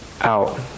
out